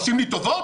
עושים לי טובות?